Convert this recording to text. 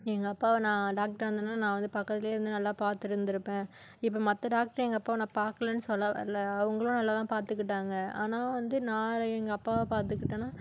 எங்கள் அப்பாவை நான் டாக்ட்ராக இருந்தேனால் நான் வந்து பக்கத்திலே இருந்து நல்லா பார்த்திருந்திருப்பேன் இப்போ மற்ற டாக்ட்ரு எங்கள் அப்பாவை நான் பார்க்கலேனு சொல்ல வரல அவங்களும் நல்லாதான் பார்த்துக்கிட்டாங்க ஆனால் வந்து நான் எங்கள் அப்பாவை பார்த்துக்கிட்டேனா